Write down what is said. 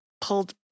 pulled